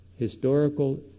historical